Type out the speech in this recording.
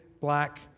black